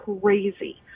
crazy